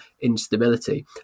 instability